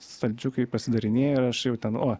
stalčiukai pasidarinėja ir aš jau ten o